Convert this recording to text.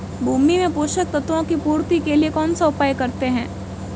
भूमि में पोषक तत्वों की पूर्ति के लिए कौनसा उपाय करते हैं?